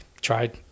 tried